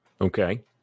Okay